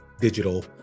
digital